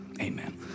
amen